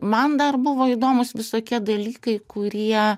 man dar buvo įdomūs visokie dalykai kurie